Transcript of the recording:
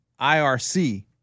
IRC